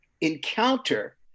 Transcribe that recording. encounter